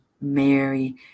Mary